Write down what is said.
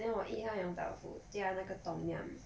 then 我一号 yong tau foo 加那个 tom yum